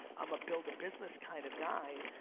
i'm a build a business kind of guy.